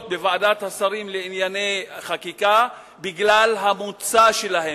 בוועדת השרים לענייני חקיקה בגלל המוצא שלהן,